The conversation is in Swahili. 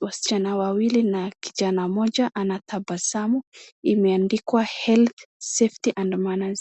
,wasichana wawili na kijana mmoja anatabasamu, imeandikwa Health ,Safety and Manners .